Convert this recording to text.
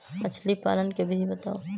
मछली पालन के विधि बताऊँ?